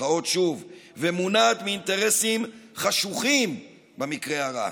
במירכאות שוב, ומונעת מאינטרסים חשוכים במקרה הרע.